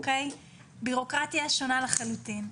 בירוקרטיה שונה לחלוטין.